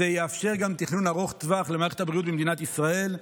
זה יאפשר גם תכנון ארוך טווח למערכת הבריאות במדינת ישראל,